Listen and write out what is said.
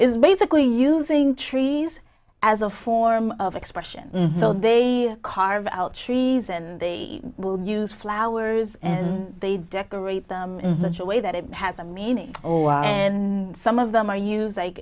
is basically using trees as a form of expression so they carve out trees and they will use flowers and they decorate them in such a way that it has a meaning and some of them are used like